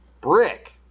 Brick